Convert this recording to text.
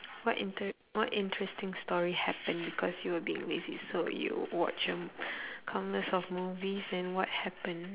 what inter~ what interesting story happen because you were being lazy so you watch uh countless of movies and what happen